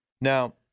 Now